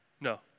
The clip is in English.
no